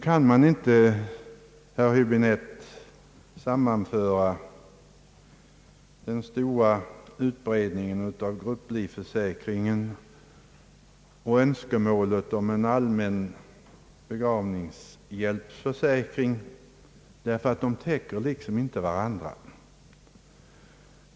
Man kan inte, herr Hiäbinette, sammanföra den stora utredningen om grupplivförsäkringen och önskemålet om en allmän begravningshjälpsförsäkring, ty de täcker inte varandra.